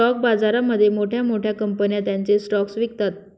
stock बाजारामध्ये मोठ्या मोठ्या कंपन्या त्यांचे स्टॉक्स विकतात